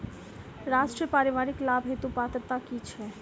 राष्ट्रीय परिवारिक लाभ हेतु पात्रता की छैक